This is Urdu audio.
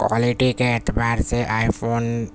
کوالٹی کے اعتبار سے آئی فون